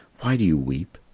why do you weep?